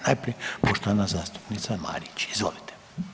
Najprije poštovana zastupnica Marić, izvolite.